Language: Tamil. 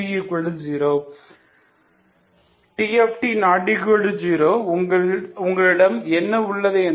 T≠0 உங்களிடம் என்ன உள்ளது என்றால் XL0